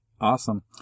awesome